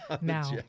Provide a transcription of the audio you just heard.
Now